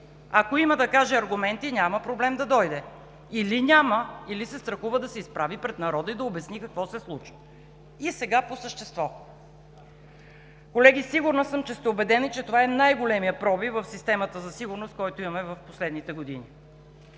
Ако има да каже аргументи, няма проблем да дойде. Или няма, или се страхува да се изправи пред народа и да обясни какво се случва. Сега по същество. Колеги, сигурна съм, че сте убедени, че това е най-големият пробив в системата за сигурност, който имаме в последните години.